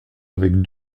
avec